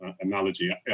analogy